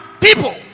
people